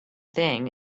thing